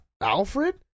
Alfred